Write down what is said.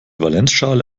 valenzschale